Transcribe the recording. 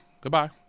goodbye